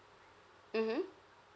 mmhmm